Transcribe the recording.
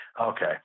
Okay